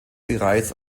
bereits